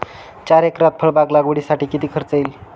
चार एकरात फळबाग लागवडीसाठी किती खर्च येईल?